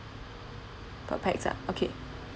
per pax ah okay